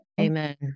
Amen